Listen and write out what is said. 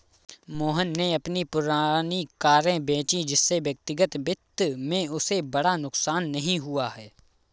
मोहन ने अपनी पुरानी कारें बेची जिससे व्यक्तिगत वित्त में उसे बड़ा नुकसान नहीं हुआ है